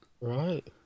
Right